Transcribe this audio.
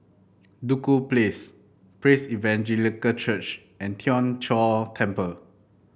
Duku Place Praise Evangelical Church and Tien Chor Temple